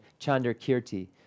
Chandrakirti